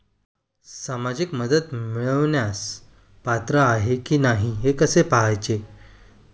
सामाजिक मदत मिळवण्यास पात्र आहे की नाही हे कसे पाहायचे?